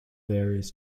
various